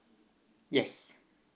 yes